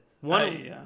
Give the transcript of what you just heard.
one